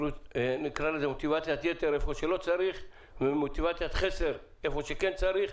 נקרא לזה מוטיבציית יתר איפה שלא צריך ומוטיבציה חסר איפה שכן צריך,